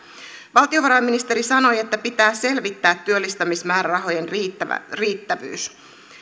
valtiovarainministeri sanoi että pitää selvittää työllistämismäärärahojen riittävyys